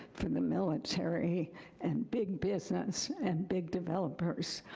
for the military and big business and big developers.